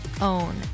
own